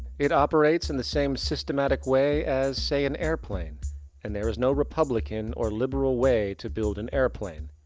it operates in the same systematic way as, say an airplane and there is no republican or liberal way to build an airplane.